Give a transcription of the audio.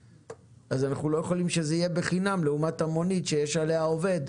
אז אנחנו לא יכולים שזה יהיה בחינם לעומת המונית שיש עליה עובד,